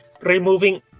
removing